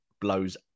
blows